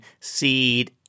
seed